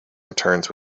returns